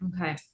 Okay